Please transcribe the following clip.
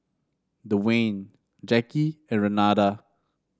Dewayne Jacky and Renada